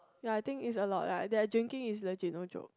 ya I think is a lot lah their drinking is legit no joke